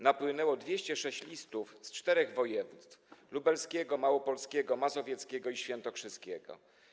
Napłynęło 206 listów z czterech województw: lubelskiego, małopolskiego, mazowieckiego i świętokrzyskiego.